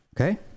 Okay